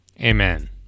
Amen